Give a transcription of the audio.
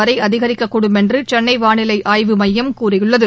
வரைஅதிகரிக்க்கூடும் என்றுசென்னைவானிலைஆய்வு மையம் கூறியுள்ளது